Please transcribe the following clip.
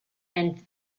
and